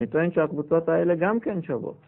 אני טוען שהקבוצות האלה גם כן שוות